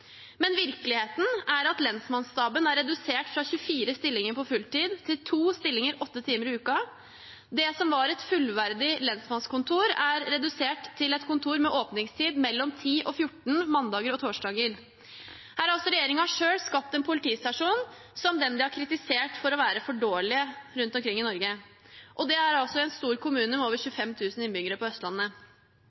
men virkeligheten er at lensmannsstaben er redusert fra 24 stillinger på fulltid til 2 stillinger 8 timer i uken. Det som var et fullverdig lensmannskontor, er redusert til et kontor med åpningstid mellom kl. 10 og 14 mandager og torsdager. Her har regjeringen altså selv skapt en politistasjon som dem de har kritisert for å være for dårlige rundt omkring i Norge – og det i en stor kommune med over 25 000 innbyggere på Østlandet.